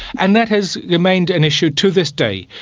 and that has remained an issue to this day,